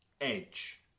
edge